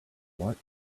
what